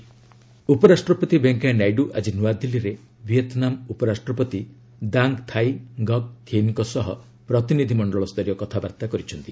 Vietnam VP visit ଉପରାଷ୍ଟ୍ରପତି ଭେଙ୍କୟା ନାଇଡୁ ଆଜି ନୂଆଦିଲ୍ଲୀରେ ଭିଏତନାମ ଉପରାଷ୍ଟ୍ରପତି ଦାଙ୍ଗ୍ ଥାଇ ଙ୍ଗକ୍ ଥିନ୍ ଙ୍କ ସହ ପ୍ରତିନିଧି ମଣ୍ଡଳ ସ୍ତରୀୟ କଥାବାର୍ତ୍ତା କରିଛନ୍ତି